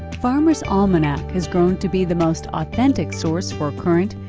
farmers' almanac has grown to be the most authentic source for current,